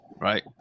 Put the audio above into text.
right